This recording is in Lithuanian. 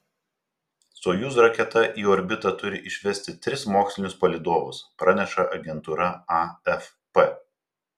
sojuz raketa į orbitą turi išvesti tris mokslinius palydovus praneša agentūra afp